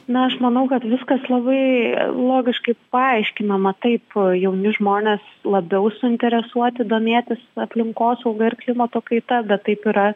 na aš manau kad viskas labai logiškai paaiškinama taip jauni žmonės labiau suinteresuoti domėtis aplinkosauga ir klimato kaita bet taip yra